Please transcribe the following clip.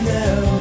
now